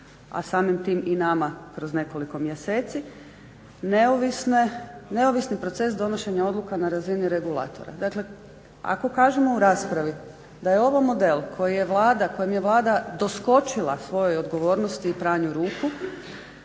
a samim tim i nama kroz nekoliko mjeseci neovisni proces donošenja odluka na razini regulatora. Dakle ako kažemo u raspravi da je ovo model kojem je Vlada doskočila svojoj odgovornosti i pranju ruku